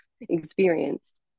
experienced